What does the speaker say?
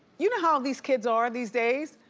you know how these kids are these days.